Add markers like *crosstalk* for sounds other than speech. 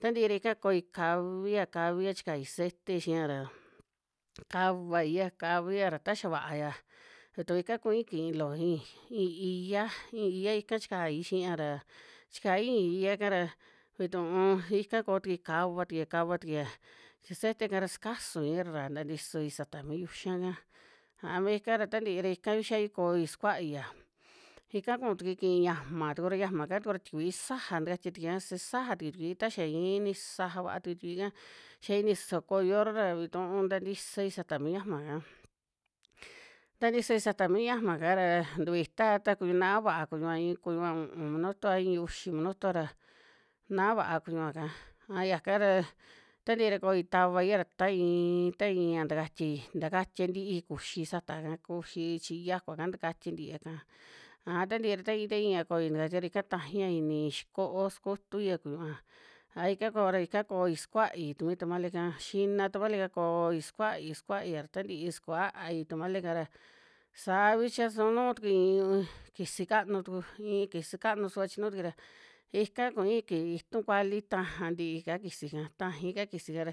Ta nti ra ika koi ka va ya ka vi ya chi kai cete xi'a ra, *noise* ka va i ya ka va i ra ta xa va'a ya ví tu ika ku'i ki lo ij, i'i iya, ii iya ika chi kai xi'a ra chi kai ii iya ka ra. Ví tu'u ika ko tu ku i ka va tu ka va tu ku i ya xi cete ka ra ska su i ra ra nta nti soi sa ta mi yu xa ka. A mí ka ra ta nti ra ika ví xai koi skua'i ya, ika ku tu ku i ki ña ma tu ku ra ña ma ka tu ku ra sti sa já nti ka stia tu ku ia si sa ja tu ku i sti kui, ta xa ii ni sa ja va'a tu ku sti kui ka xa i ni si so ko yo ra ra ví tu'u nta nti soi sa mi ña ma ka, ta nti soi sa ta mi ka ra ntu vi ta ya ta na'a va'a ku ñu'a ku ñu a ii úun minuto a in, uxi minuto ra, na'a va ku ñu a ka. A ya ka ra ta nti ra koi ta va i ya ra ta iin, ta iin a nti ka stia i nta ka stia nti'i ku xi sa ta ka ku xi chi yá kua ka nta ka stia nti'i a ya ka. A ta nti ta iin, ta iin koi nti ka sti ra ika ta ji ini xi ko'o sku ti a ku ñu'u a. A ika ko ra ika koi skua'i tu mi tómale ka xi na tómalo koii skua'i skua'i ra ta nti skua i tómale ka ra. Saa ví cha si nuu tu ku ii, ki si ka nu tu ku ii ki si ka nu su va chi nu tu kui ra ika ku'i ki'i itu kuali ta ja nti'i ka'a kisi ka taji ka ki si ka ra.